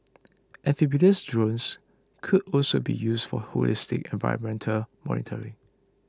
amphibious drones could also be used for holistic environmental monitoring